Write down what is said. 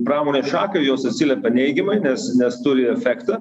pramonės šakai jos atsiliepia neigiamai nes nes turi efektą